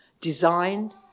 designed